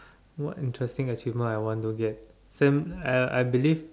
what interesting achievement I want to get same I I believe